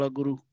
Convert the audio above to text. Guru